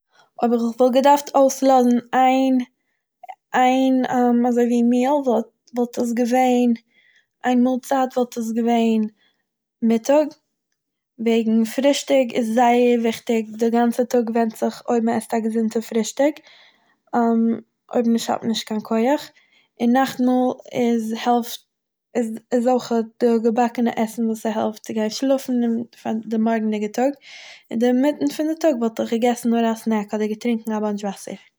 אויב איך וואלט געדארפט אויסלאזן איין איין אזוי ווי מיעל וואלט עס געוועהן... איין מאלצייט וואלט עס געוועהן מיטאג, וועגן פרישטאג איז זייער וויכטיג די גאנצע טאג ווענדט זיך אויב מ'עסט א געזונטע פרישטאג אויב נישט האט מען נישט קיין כח, און נאכטמאהל איז העלפט איז אויכעט די געבאקנע עסן וואס ס'העלפט צו גיין שלאפן און פאר די מארגענדיגע טאג און דערמיטן פון די טאג וואלט איך געגעסן נאר א סנעק אדער געטרינקען א באוינטש וואסער.